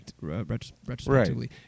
retrospectively